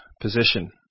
position